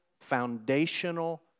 foundational